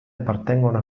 appartengono